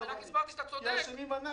כי האשמים אנחנו.